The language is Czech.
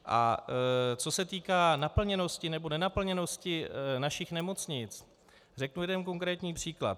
A co se týká naplněnosti nebo nenaplněnosti našich nemocnic, řeknu jeden konkrétní příklad.